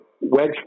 wedge